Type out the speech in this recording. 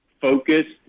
focused